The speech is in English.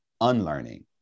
unlearning